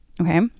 okay